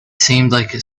seemed